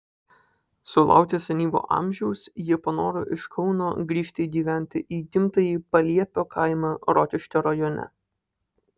sulaukę senyvo amžiaus jie panoro iš kauno grįžti gyventi į gimtąjį paliepio kaimą rokiškio rajone